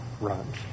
runs